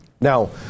Now